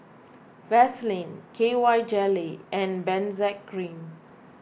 Vaselin K Y jelly and Benzac Cream